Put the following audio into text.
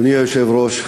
אדוני היושב-ראש,